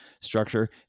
structure